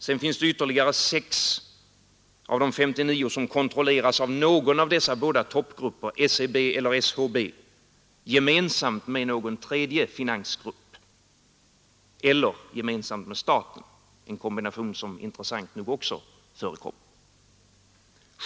Sedan finns det ytterligare 6 av de 59 som kontrolleras av någon av dessa båda toppgrupper, SEB eller SHB, gemensamt med någon tredje finansgrupp eller gemensamt med staten — en kombination som intressant nog också förekommer.